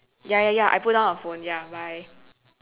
ya ya ya I put down the phone ya bye